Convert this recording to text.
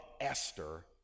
Esther